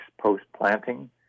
post-planting